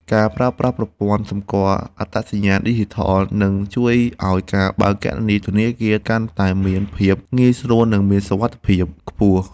ការប្រើប្រាស់ប្រព័ន្ធសម្គាល់អត្តសញ្ញាណឌីជីថល នឹងជួយឱ្យការបើកគណនីធនាគារកាន់តែមានភាពងាយស្រួលនិងមានសុវត្ថិភាពខ្ពស់។